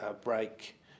break